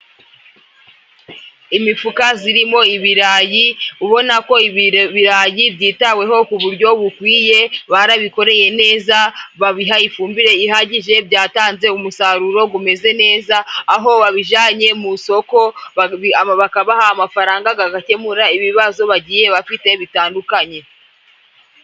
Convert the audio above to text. Imifuka zirimo ibirayi ubona ko ibirayi byitaweho ku buryo bukwiye, barabikoreye neza babiha ifumbire ihagije, byatanze umusaruro gumeze neza, aho babijanye mu soko bakabaha amafaranga gagakemura ibibazo bagiye bafite bitandukanye.